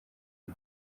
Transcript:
iyi